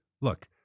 look